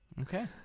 Okay